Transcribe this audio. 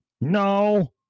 No